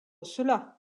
cela